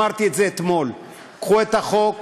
אמרתי את זה אתמול: קחו את החוק,